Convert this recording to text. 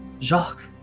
Jacques